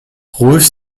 rohlfs